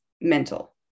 mental